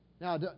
Now